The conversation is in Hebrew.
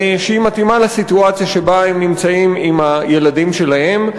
שמתאימה לסיטואציה שבה הם נמצאים עם הילדים שלהם.